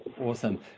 Awesome